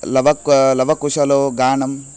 लवक्वा लवकुशयोः गानं